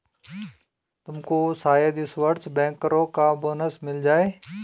तुमको शायद इस वर्ष बैंकरों का बोनस मिल जाए